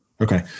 Okay